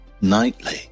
nightly